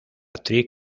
actriz